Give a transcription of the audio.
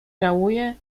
żałuje